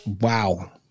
wow